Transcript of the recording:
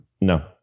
no